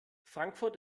frankfurt